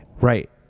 Right